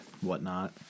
whatnot